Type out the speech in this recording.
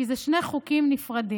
כי זה שני חוקים נפרדים.